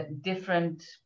different